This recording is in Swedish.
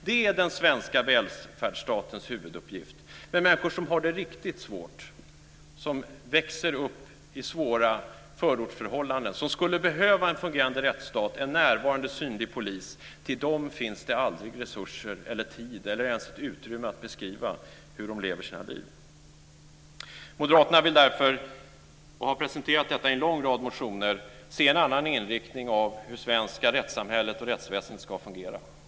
Det är den svenska välfärdsstatens huvuduppgift. Men till människor som har det riktigt svårt och som växer upp under svåra förortsförhållanden och som skulle behöva en fungerande rättsstat och en närvarande och synlig polis finns det aldrig resurser, tid eller ens ett utrymme att beskriva hur de lever sina liv. Moderaterna vill därför - och vi har presenterat det i en lång rad motioner - se en annan inriktning av hur det svenska rättssamhället och rättsväsendet ska fungera.